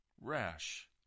rash